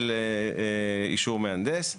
של אישור מהנדס,